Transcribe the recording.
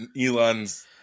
Elon's